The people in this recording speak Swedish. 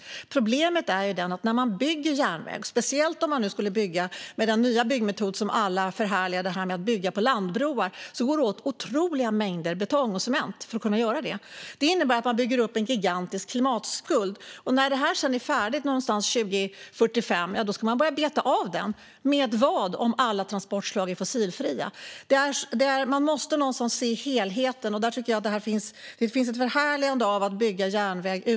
Men problemet är att när man bygger järnväg - speciellt om man använder den nya byggmetod som alla förhärligar, nämligen landbroar - går det åt otroliga mängder betong och cement. Det innebär att man bygger upp en gigantisk klimatskuld, och när det sedan är färdigt någonstans runt 2045 ska man börja beta av den. Men med vad, om alla transportslag är fossilfria? Man måste se helheten, men jag tycker att det finns ett förhärligande av att bygga järnväg.